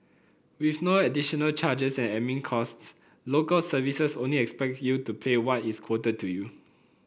with no additional charges and admin costs Local Services only expects you to pay what is quoted to you